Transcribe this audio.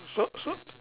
so so